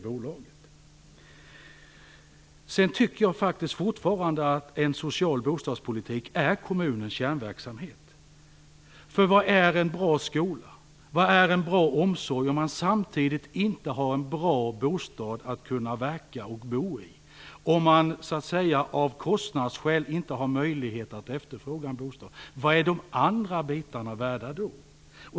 Sedan tycker jag faktiskt fortfarande att en social bostadspolitik är kommunens kärnverksamhet. Vad är en bra skola och en bra omsorg om man inte samtidigt har en bra bostad att kunna verka och bo i? Om man av kostnadsskäl inte har möjlighet att efterfråga en bostad, vad är de andra bitarna värda då?